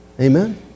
Amen